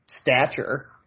stature